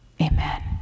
Amen